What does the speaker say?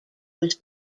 was